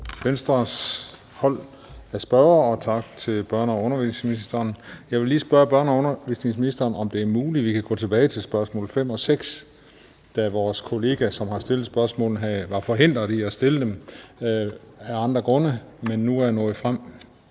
Venstres hold af spørgere, og tak til børne- og undervisningsministeren. Jeg vil lige spørge børne- og undervisningsministeren, om det er muligt, at vi kan gå tilbage til spørgsmål 5 og 6, da vores kollega, som har stillet spørgsmålene, var forhindret i at stille dem af andre grunde, men nu er nået frem.